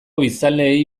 biztanleei